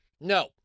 No